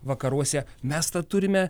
vakaruose mes tą turime